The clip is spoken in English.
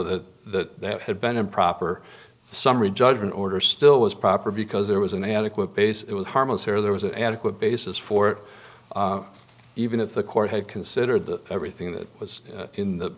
though that had been improper summary judgment order still was proper because there was an adequate base it was harmless error there was an adequate basis for even if the court had considered that everything that was in the